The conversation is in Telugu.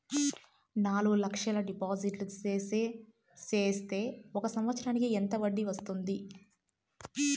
నాలుగు లక్షల డిపాజిట్లు సేస్తే ఒక సంవత్సరానికి ఎంత వడ్డీ వస్తుంది?